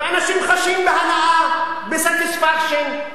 ואנשים חשים בהנאה, ב-satisfaction,